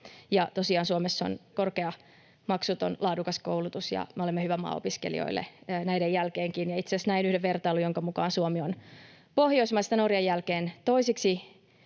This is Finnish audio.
Suomessa on korkea, maksuton, laadukas koulutus, ja me olemme hyvä maa opiskelijoille näiden jälkeenkin. Itse asiassa näin yhden vertailun, jonka mukaan Suomi on Pohjoismaista Norjan jälkeen toiseksi